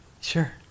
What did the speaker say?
Sure